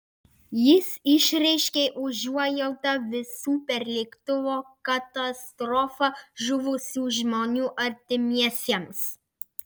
jis išreiškė užuojautą visų per lėktuvo katastrofą žuvusių žmonių artimiesiems